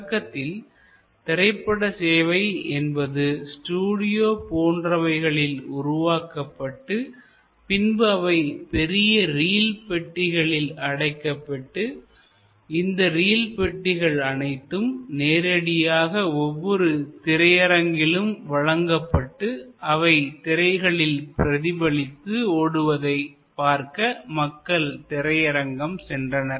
தொடக்கத்தில் திரைப்பட சேவை என்பது ஸ்டுடியோ போன்றவைகளில் உருவாக்கப்பட்டு பின்பு அவை பெரிய ரீல் பெட்டிகளில் அடைக்கப்பட்டு இந்த ரீல் பெட்டிகள் அனைத்தும் நேரடியாக ஒவ்வொரு திரையரங்கிலும் வழங்கப்பட்டு அவை திரைகளில் பிரதிபலித்து ஓடுவதை பார்க்க மக்கள் திரையரங்கம் சென்றனர்